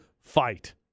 fight